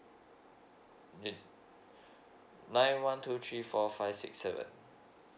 nine one two three four five six seven